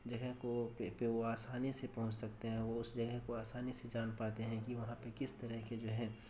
جگہ کو پہ پہ وہ آسانی سے پہنچ سکتے ہیں وہ اس جگہ کو آسانی سے جان پاتے ہیں کہ وہاں پہ کس طرح کے جو ہے